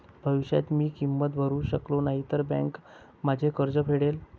भविष्यात मी किंमत भरू शकलो नाही तर बँक माझे कर्ज फेडेल